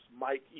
Mike